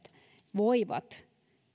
voivat